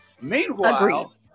Meanwhile